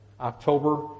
October